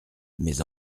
mais